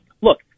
Look